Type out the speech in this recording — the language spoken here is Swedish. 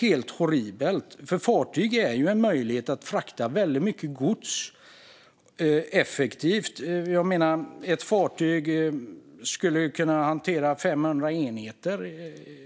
helt horribelt. Fartyg ger möjlighet att frakta mycket gods effektivt. Ett fartyg kan hantera 500 enheter.